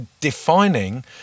defining